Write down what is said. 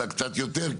אלא קצת יותר.